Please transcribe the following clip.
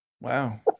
wow